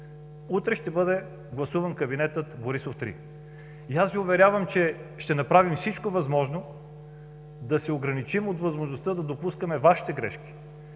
Утре ще бъде гласуван кабинетът Борисов 3. И аз Ви уверявам, че ще направим всичко възможно да се ограничим от възможността да допускаме Вашите грешки,